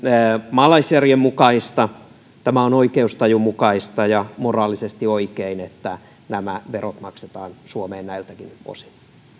maalaisjärjen mukaista tämä on oikeustajun mukaista ja moraalisesti oikein että nämä verot maksetaan suomeen näiltäkin osin